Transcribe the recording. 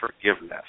forgiveness